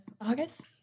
August